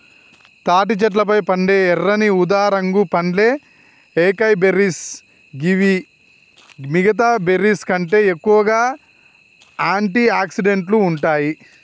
తాటి చెట్లపై పండే ఎర్రని ఊదారంగు పండ్లే ఏకైబెర్రీస్ గివి మిగితా బెర్రీస్కంటే ఎక్కువగా ఆంటి ఆక్సిడెంట్లు ఉంటాయి